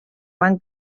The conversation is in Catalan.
van